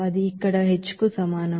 అది ఇక్కడ hకు సమానం